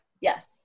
Yes